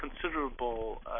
considerable